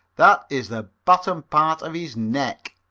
that ees the bottom part of hees neck.